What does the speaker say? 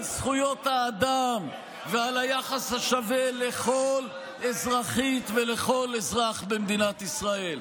על זכויות האדם ועל היחס השווה לכל אזרחית ולכל אזרח במדינת ישראל.